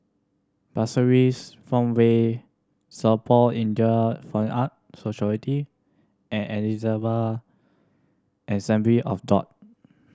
Pasir Ris Farmway Singapore Indian Fine Arts Society and Ebenezer Assembly of God